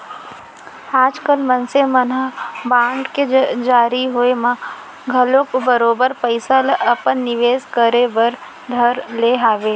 आजकाल मनसे मन ह बांड के जारी होय म घलौक बरोबर पइसा ल अपन निवेस करे बर धर ले हवय